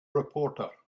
reporter